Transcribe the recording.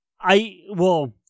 I—well